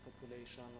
population